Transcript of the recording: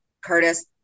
Curtis